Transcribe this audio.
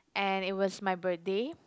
and it was my birthday